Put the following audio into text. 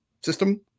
system